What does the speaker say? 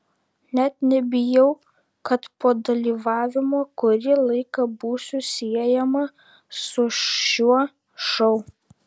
net nebijau kad po dalyvavimo kurį laiką būsiu siejama su šiuo šou